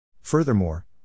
Furthermore